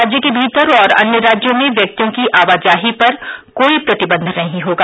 राज्य के भीतर और अन्य राज्यो में व्यक्तियों की आवाजाही पर कोई प्रतिबंध नहीं होगा